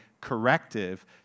corrective